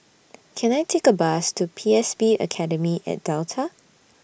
Can I Take A Bus to P S B Academy At Delta